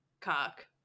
Cock